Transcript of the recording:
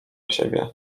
siebie